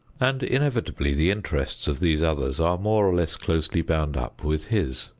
and inevitably the interests of these others are more or less closely bound up with his.